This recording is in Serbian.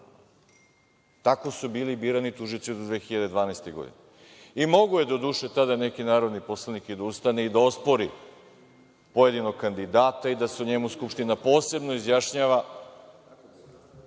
Tako su bili birani tužioci u 2012. godini. Mogao je doduše tada neki narodni poslanik da ustane i ospori pojedinog kandidata i da se o njemu Skupština posebno izjašnjava,